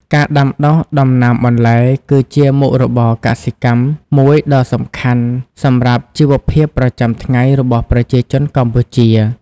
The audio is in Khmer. ការដាំដុះដំណាំបន្លែ គឺជាមុខរបរកសិកម្មមួយដ៏សំខាន់សម្រាប់ជីវភាពប្រចាំថ្ងៃរបស់ប្រជាជនកម្ពុជា។